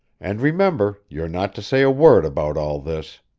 and remember you're not to say a word about all this.